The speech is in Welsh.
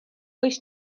oes